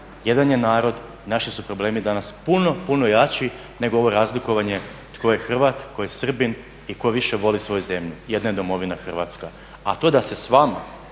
jedan je narod, naši su problemi danas puno, puno jači nego ovo razlikovanje tko je Hrvat, tko je Srbin i tko više voli svoju zemlju. Jedna je Domovina Hrvatska. A to da se s vama